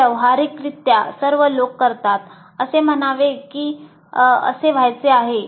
हे व्यावहारिकरित्या सर्व लोक करतात असे म्हणावे की असे व्हायचे आहे